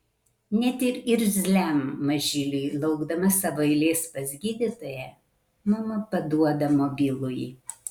net ir irzliam mažyliui laukdama savo eilės pas gydytoją mama paduoda mobilųjį